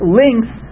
links